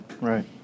right